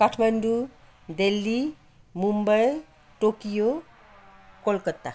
Kathmandu Delhi Mumbai Tokyo Kolkata